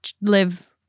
live